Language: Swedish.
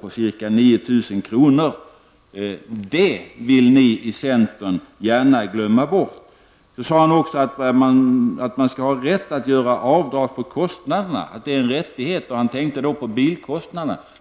på ca 9 000 kr. Det vill ni i centern gärna glömma bort. Karl Erik Olsson sade också att man skall ha rätt att göra avdrag för kostnaderna, att det är en rättighet. Han tänkte då på bilkostnaderna.